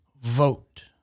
vote